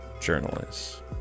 journalists